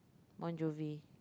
Bon-Jovi